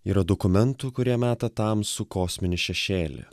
yra dokumentų kurie meta tamsų kosminį šešėlį